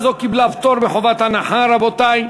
בעד, רבותי,